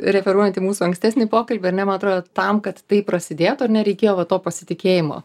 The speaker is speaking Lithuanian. referuojant į mūsų ankstesnį pokalbį ar ne man atrodo tam kad tai prasidėtų ar ne reikėjo va to pasitikėjimo